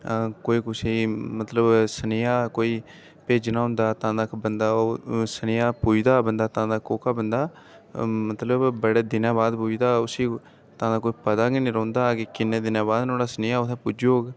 कोई कुसै ई मतलब कोई सनेहा कोई भेजना होंदा तां तक बंदा ओह् सनेहा पुजदा बंदा तां तक ओह्का बंदा मतलब बड़े दिनें बाद पुजदा उस्सी तां तक कोई पता गै नेईं रौंह्दा कि किन्ने दिनें बाद न्हाड़ा सनेहा उत्थै पुज्जग